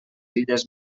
illes